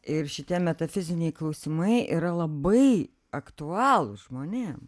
ir šitie metafiziniai klausimai yra labai aktualūs žmonėm